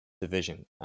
division